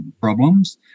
problems